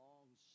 long